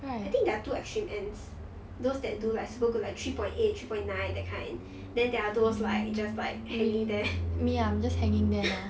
I think there are two extreme ends those that do like super good like three point eight three point nine that kind then there are those like just like hanging there